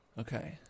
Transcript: Okay